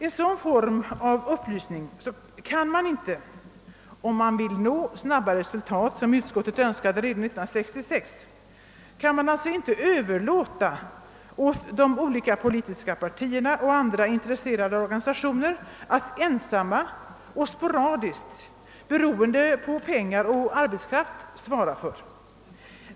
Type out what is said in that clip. En sådan form av upplysning kan man inte — om man vill nå snabba resultat, vilket utskottet önskade redan 1966 — överlåta åt de olika politiska partierna och andra intresserade organisationer att ensamma och sporadiskt, beroende på pengar och arbetskraft, svara för.